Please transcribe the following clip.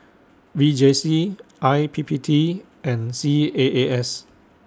V J C I P P T and C A A S